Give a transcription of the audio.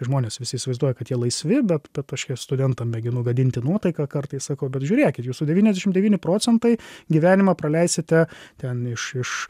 žmonės visi įsivaizduoja kad jie laisvi bet bet studentam mėginu gadinti nuotaiką kartais sakau bet žiūrėkit jūsų devyniasdešim devyni procentai gyvenimą praleisite ten iš iš